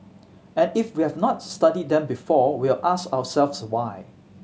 and if we hane not studied them before we'll ask ourselves why